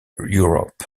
europe